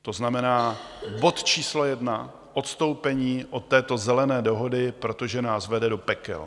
To znamená, bod číslo jedna, odstoupení od této Zelené dohody, protože nás vede do pekel.